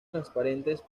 transparentes